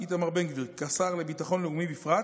איתמר בן גביר כשר לביטחון לאומי בפרט